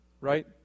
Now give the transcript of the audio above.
right